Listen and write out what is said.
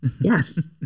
Yes